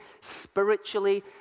spiritually